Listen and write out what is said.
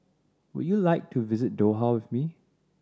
would you like to visit Doha with me